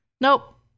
Nope